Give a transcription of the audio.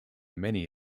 many